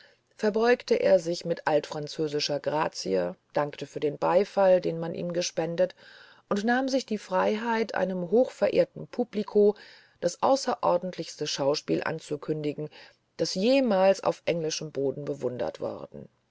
verbeugte er sich mit altfranzösischer grazie dankte für den beifall den man ihm gespendet und nahm sich die freiheit einem hochzuverehrenden publiko das außerordentlichste schauspiel anzukündigen das jemals auf englischem boden bewundert worden